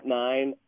nine